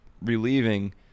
relieving